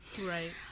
right